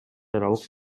аралык